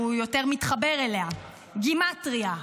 שהוא יותר מתחבר אליה: גימטרייה.